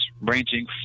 ranging